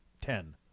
ten